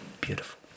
beautiful